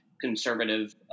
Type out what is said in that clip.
conservative